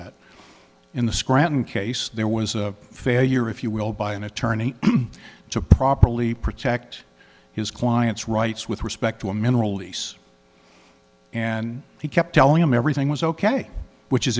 that in the scranton case there was a failure if you will by an attorney to properly protect his client's rights with respect to a mineral lease and he kept telling him everything was ok which is